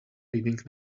reading